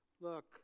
Look